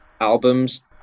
albums